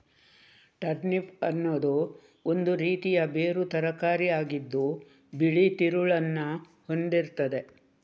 turnip ಅನ್ನುದು ಒಂದು ರೀತಿಯ ಬೇರು ತರಕಾರಿ ಆಗಿದ್ದು ಬಿಳಿ ತಿರುಳನ್ನ ಹೊಂದಿರ್ತದೆ